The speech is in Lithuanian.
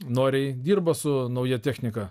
noriai dirba su nauja technika